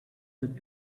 that